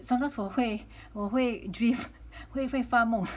sometimes 我会我会 drift 会发梦